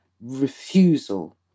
refusal